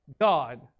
God